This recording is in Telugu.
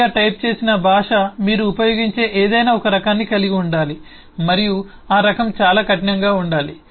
గట్టిగా టైప్ చేసిన భాష మీరు ఉపయోగించే ఏదైనా ఒక రకాన్ని కలిగి ఉండాలి మరియు ఆ రకం చాలా కఠినంగా ఉండాలి